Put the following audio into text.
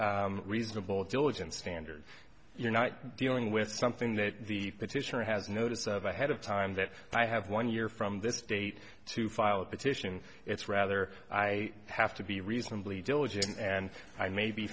amorphous reasonable diligence standard you're not dealing with something that the petitioner has notice of ahead of time that i have one year from this date to file a petition it's rather i have to be reasonably diligent and i may be